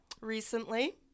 Recently